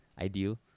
ideal